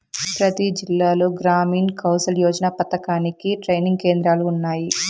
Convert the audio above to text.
ప్రతి జిల్లాలో గ్రామీణ్ కౌసల్ యోజన పథకానికి ట్రైనింగ్ కేంద్రాలు ఉన్నాయి